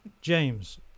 James